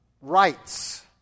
rights